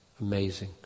Amazing